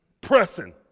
pressing